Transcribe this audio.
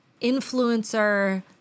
influencer